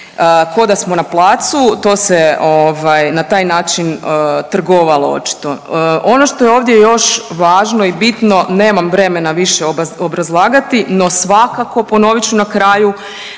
ko da smo na placu. To se na taj način trgovalo očito. Ono što je ovdje još važno i bitno nemam vremena više obrazlagati, no svakako ponovit ću na kraju